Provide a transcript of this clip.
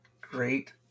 great